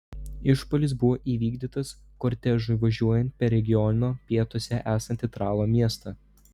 išpuolis buvo įvykdytas kortežui važiuojant per regiono pietuose esantį tralo miestą